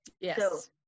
Yes